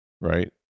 Right